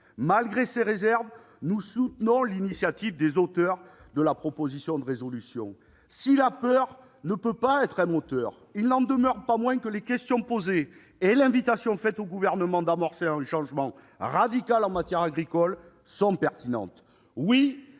Malgré ces réserves, nous soutenons l'initiative des auteurs de la proposition de résolution. Si la peur ne peut être un moteur, il n'en demeure pas moins que les questions soulevées et l'invitation faite au Gouvernement d'amorcer un changement radical en matière agricole sont pertinentes.